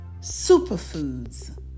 superfoods